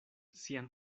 sian